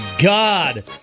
God